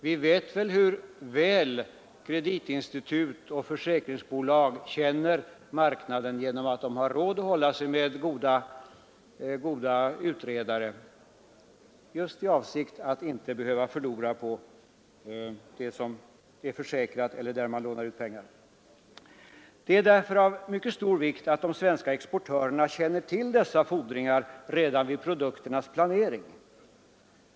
Vi vet hur väl kreditinstitut och försäkringsbolag känner marknaden genom att de har råd att hålla sig med goda utredare i avsikt att inte behöva förlora när de försäkrar eller lånar ut pengar. Det är därför av mycket stor vikt att de svenska exportörerna känner till dessa fordringar redan vid produkternas planering.